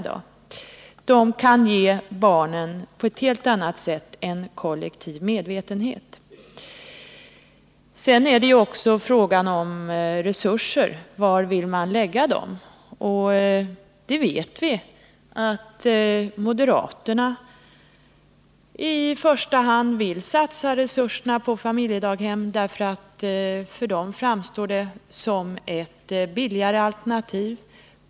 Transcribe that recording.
Daghemmen kan på ett helt annat sätt ge barnen en kollektiv medvetenhet. Sedan är det ju också en fråga om var man vill sätta in resurserna. Vi vet att moderaterna i första hand vill satsa resurserna på familjedaghemmen. För dem framstår det som ett billigare alternativ.